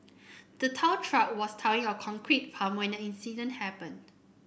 the tow truck was towing a concrete pump in the incident happened